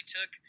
took